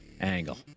angle